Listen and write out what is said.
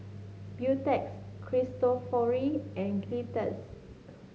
Beautex Cristofori and Gillette